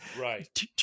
right